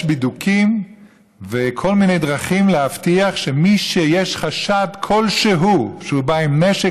יש בידוקים וכל מיני דרכים להבטיח שמי שיש חשש כלשהו שהוא בא עם נשק,